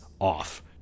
off